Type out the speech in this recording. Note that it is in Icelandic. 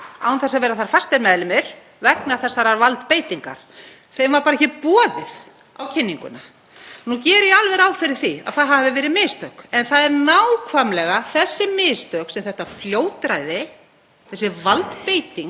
án þess að vera fastir meðlimir á kynninguna. Þeim var bara ekki boðið á kynninguna. Nú geri ég ráð fyrir því að það hafi verið mistök en það eru nákvæmlega þessi mistök sem þetta fljótræði, þessi valdbeiting,